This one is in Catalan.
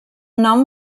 nom